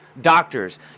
doctors